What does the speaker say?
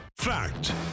Fact